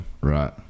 Right